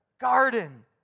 garden